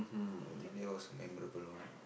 I think that was a memorable one